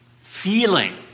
feeling